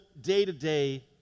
day-to-day